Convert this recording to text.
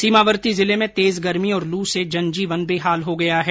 सीमावर्ती जिले में तेज गर्मी और लू से जनजीवन बेहाल हो गया है